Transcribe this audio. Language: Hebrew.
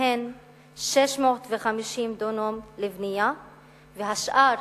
מהן 650 דונם לבנייה והשאר